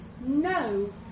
no